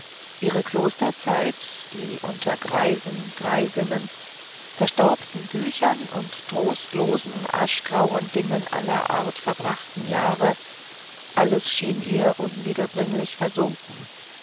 ihre klosterzeit die unter greisen greisinnen verstaubten büchern und trostlosen aschgrauen dingen aller art verbrachten jahre alles schien ihr unwiederbringlich versunken